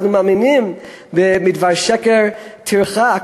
אנחנו מאמינים ב"מדבר שקר תרחק",